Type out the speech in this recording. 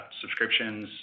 subscriptions